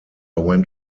went